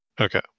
Okay